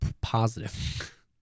positive